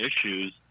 issues